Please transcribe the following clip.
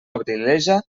abrileja